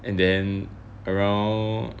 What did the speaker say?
and then around